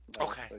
Okay